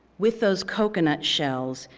with those coconut shells,